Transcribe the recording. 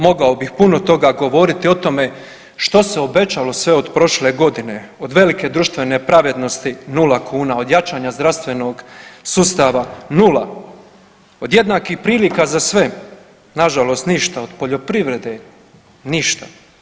Mogao bih puno toga govoriti o tome što se obećalo sve od prošle godine, od velike društvene pravednosti, 0 kuna, od jačanja zdravstvenog sustava, 0. Od jednakih prilika za sve, nažalost ništa, od poljoprivrede, ništa.